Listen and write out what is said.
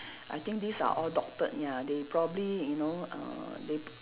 I think these are all doctored ya they probably you know uh they p~